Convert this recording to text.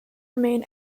remain